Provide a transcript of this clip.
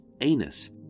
anus